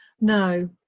no